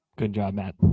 good job, matt.